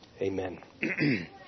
Amen